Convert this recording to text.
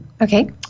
Okay